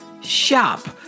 shop